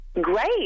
Great